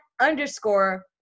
underscore